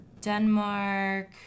Denmark